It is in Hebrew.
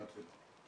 כמעט ולא.